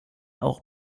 auch